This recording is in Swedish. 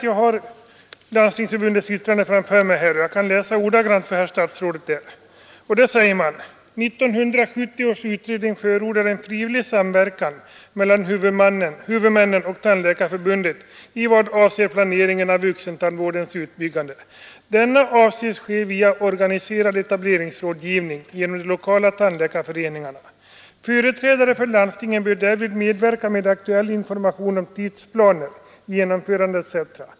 Jag har Landstingsförbundets yttrande framför mig, och jag kan läsa ordagrant för herr statsrådet: ”1970 års utredning förordar en frivillig samverkan mellan huvudmännen och tandläkarförbundet i vad avser planeringen av vuxentandvårdens utbyggnad. Denna avses ske via organiserad etableringsrådgivning genom de lokala tandläkarföreningarna. Företrädare för landstingen bör därvid medverka med aktuell information om tidsplaner, genomförande etc.